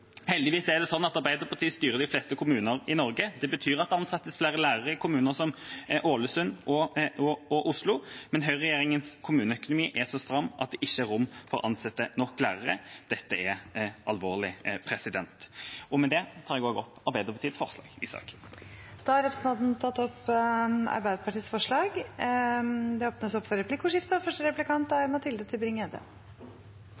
Heldigvis er det sånn at Arbeiderpartiet styrer de fleste kommuner i Norge. Det betyr at det ansettes flere lærere i kommuner som Ålesund og Oslo, men Høyre-regjeringas kommuneøkonomi er så stram at det ikke er rom for å ansette nok lærere. Dette er alvorlig. Med dette tar jeg også opp Arbeiderpartiets forslag i saken. Representanten Torstein Tvedt Solberg har tatt opp de forslagene han refererte til. Det blir replikkordskifte. Det er ingen hemmelighet at Arbeiderpartiet og